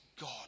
God